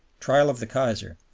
trial of the kaiser.